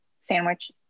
Sandwich